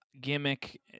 gimmick